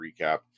recap